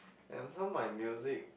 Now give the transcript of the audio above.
and some my music